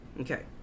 Okay